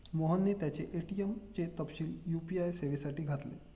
मोहनने त्याचे ए.टी.एम चे तपशील यू.पी.आय सेवेसाठी घातले